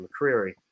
McCreary